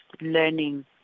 learning